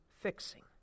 fixing